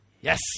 Yes